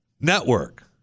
network